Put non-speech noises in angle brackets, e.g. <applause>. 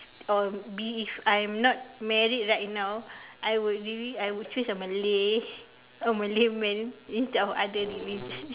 or be if I'm not married right now I would really I would choose a Malay <laughs> a Malay man instead of other religion <laughs>